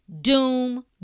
doom